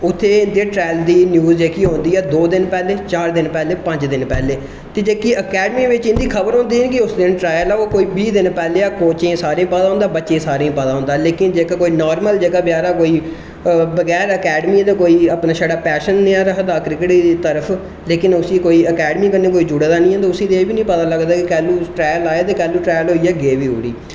उत्थै इंदे ट्राइल दी न्यूज है जेह्की ओह् ओह्दी ऐ दो दिन पैह्लें जां चार दिन पैह्लें पंज दिन पैह्लें जेह्की ऐकेड़मी बिच्च इदी खबर होंदी कि उस दिन ट्राइल ऐ ओह् बीह् दिन पैह्लें गै कोचे गी पैह्लें गै पता होंदा बच्चे सारे गी पता होंदा लेकिन जेह्का कोई नार्मल जेह्का कोई बगैर ऐकेड़मी दे कोई अपना छड़ा पैशन रखदा क्रिकेट दी तरफ लेकिन उसी ऐकेडमी कन्नै जुड़े दा नेई होंदा उसी नेई पता लगदा कि कदूं ट्राइल आए कदूं ट्राइल गे बी उठी